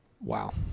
Wow